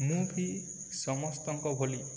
ମୁଁ ବି ସମସ୍ତଙ୍କ ଭଳି